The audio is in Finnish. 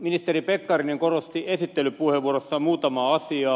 ministeri pekkarinen korosti esittelypuheenvuorossaan muutamaa asiaa